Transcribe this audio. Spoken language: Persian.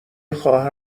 خواهر